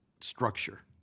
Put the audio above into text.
structure